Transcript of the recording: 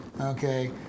Okay